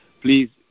please